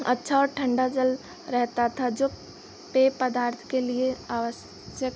अच्छा और ठंडा जल रहता था जो पेय पदार्थ के लिए आवश्यक